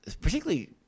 particularly